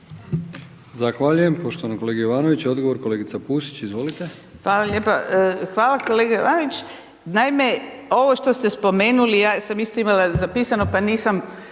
Zahvaljujem poštovanom kolegi Jovanoviću. Odgovor kolegica Pusić, izvolite. **Pusić, Vesna (GLAS)** Hvala lijepa. Hvala kolega Jovanović. Naime, ovo što ste spomenuli ja sam isto imala zapisano, pa nisam